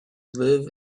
live